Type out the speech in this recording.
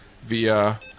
via